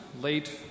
late